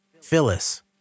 Phyllis